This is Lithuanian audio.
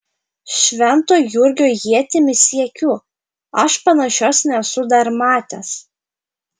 švento jurgio ietimi siekiu aš panašios nesu dar matęs